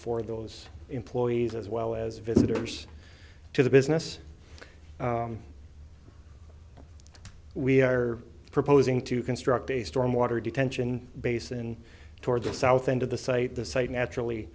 for those employees as well as visitors to the business we are proposing to construct a stormwater detention basin towards the south end of the site the site naturally